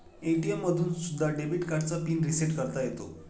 ATM मधून सुद्धा debit कार्डचा पिन रिसेट करता येतो